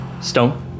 Stone